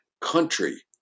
country